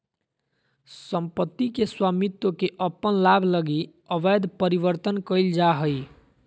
सम्पत्ति के स्वामित्व के अपन लाभ लगी अवैध परिवर्तन कइल जा हइ